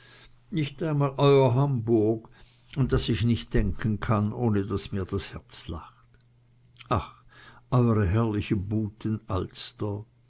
nicht einmal euer hamburg an das ich nicht denken kann ohne daß mir das herz lacht ach eure herrliche buten alster